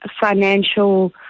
financial